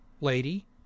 lady